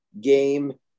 game